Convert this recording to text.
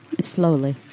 slowly